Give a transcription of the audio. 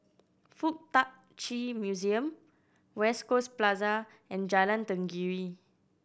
Fuk Tak Chi Museum West Coast Plaza and Jalan Tenggiri